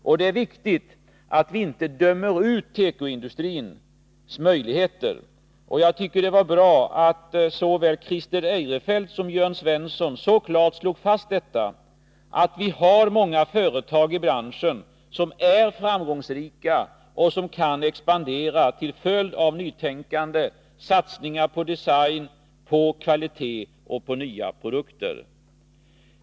Och det är viktigt att vi inte dömer ut tekoindustrins möjligheter. Jag tycker att det var bra att såväl Christer Eirefelt som Jörn Svensson så klart slog fast detta, att vi har många företag i branschen som är framgångsrika och som kan expandera till följd av nytänkande, satsningar på design, kvalitet och nya produkter.